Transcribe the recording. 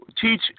teach